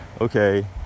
okay